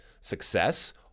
success